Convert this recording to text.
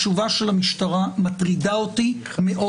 התשובה של המשטרה מטרידה אותי מאוד.